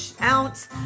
ounce